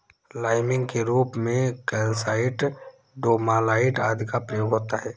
liming के रूप में कैल्साइट, डोमालाइट आदि का प्रयोग होता है